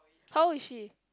how old is she